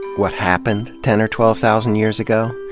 what happened ten or twelve thousand years ago?